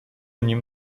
nim